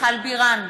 מיכל בירן,